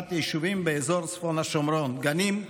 ומארבעת היישובים באזור צפון השומרון: גנים,